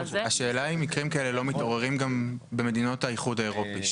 השאלה היא אם מקרים כאלה לא מתעוררים גם במדינות האיחוד האירופי,